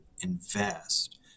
invest